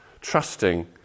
trusting